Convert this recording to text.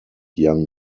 young